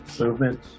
movement